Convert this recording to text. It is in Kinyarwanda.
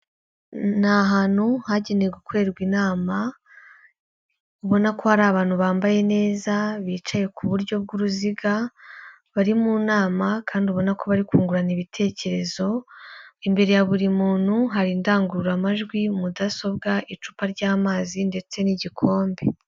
Ni ahantu hagenewe gukorerwa inama, ubona ko hari abantu bambaye neza bicaye ku buryo bw'uruziga, bari mu nama kandi ubona ko bari kungurana ibitekerezo, imbere ya buri muntu hari indangururamajwi, mudasobwa icupa ry'amazi ndetse n'igikombe.